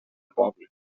poble